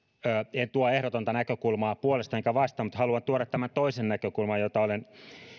en esitä ehdotonta näkökulmaa puolesta enkä vastaan mutta haluan tuoda keskusteluun toisen näkökulman jota olen